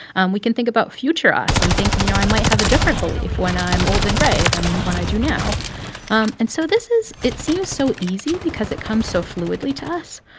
and we can think about future us and think, you know, i might have a different belief when i'm old and gray than what i do now um and so this is it seems so easy because it comes so fluidly to us.